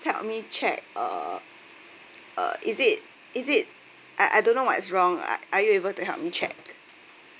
help me check uh uh is it is it I I don't know what is wrong are are you able to help you check